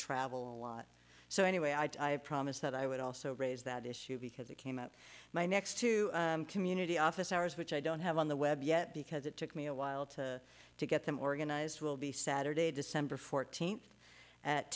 travel a lot so anyway i promised that i would also raise that issue because they came out my next two community office hours which i don't have on the web yet because it took me a while to to get them organized will be saturday december fourteenth at